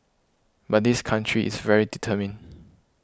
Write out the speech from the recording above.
but this country is very determined